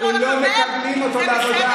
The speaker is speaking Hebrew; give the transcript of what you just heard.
לא מקבלים אותו לעבודה.